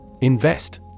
Invest